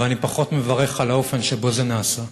ואני פחות מברך על האופן שבו זה נעשה.